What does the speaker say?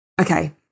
Okay